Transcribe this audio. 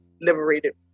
liberated